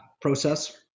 process